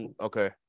Okay